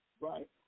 Right